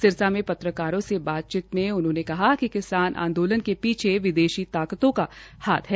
सिरसा में पत्रकारों से बातचीत में उन्होंने कहा कि किसान आंदोलन के पीछे विदेशी ताकतों का हाथ है